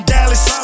Dallas